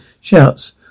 shouts